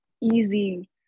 easy